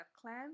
clan